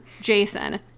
Jason